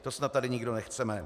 To snad tady nikdo nechceme.